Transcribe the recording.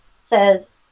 says